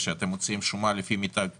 כשאתם מוציאים שומה לפי מיטב השפיטה,